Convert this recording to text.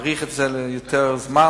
מאריך את זה ליותר זמן,